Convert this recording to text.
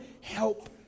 help